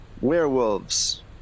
Werewolves